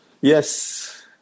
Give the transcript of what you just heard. yes